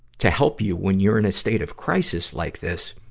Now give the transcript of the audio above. to help you when you're in a state of crisis like this.